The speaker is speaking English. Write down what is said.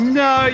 no